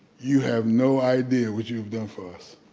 you have no idea what you've done for us.